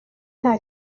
nta